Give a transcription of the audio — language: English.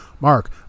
Mark